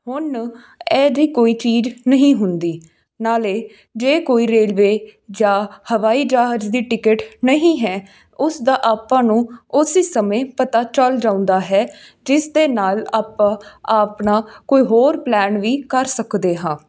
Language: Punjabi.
ਹੁਨ ਇਹ ਜਿਹੀ ਕੋਈ ਚੀਜ਼ ਨਹੀਂ ਹੁੰਦੀ ਨਾਲੇ ਜੇ ਕੋਈ ਰੇਲਵੇ ਜਾਂ ਹਵਾਈ ਜਹਾਜ਼ ਦੀ ਟਿਕਟ ਨਹੀਂ ਹੈ ਉਸ ਦਾ ਆਪਾਂ ਨੂੰ ਉਸ ਹੀ ਸਮੇਂ ਪਤਾ ਚੱਲ ਜਾਂਦਾ ਹੈ ਜਿਸ ਦੇ ਨਾਲ ਆਪਾਂ ਆਪਣਾ ਕੋਈ ਹੋਰ ਪਲੈਨ ਵੀ ਕਰ ਸਕਦੇ ਹਾਂ